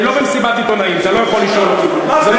אני אשאל אותך: בני